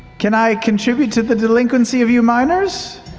can i contribute to the delinquency of you miners?